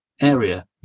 Area